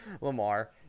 Lamar